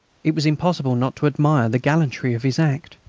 it was impossible not to admire the gallantry of his act.